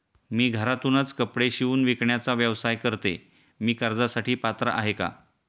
मी घरातूनच कपडे शिवून विकण्याचा व्यवसाय करते, मी कर्जासाठी पात्र आहे का?